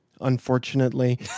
unfortunately